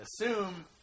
assume